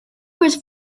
with